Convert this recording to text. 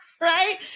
right